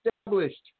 established